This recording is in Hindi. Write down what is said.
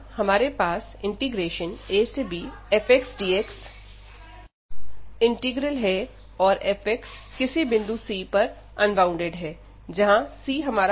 माना हमारे पास abfxdxइंटीग्रल है और f किसी बिंदु c पर अनबॉउंडेड है जहां acb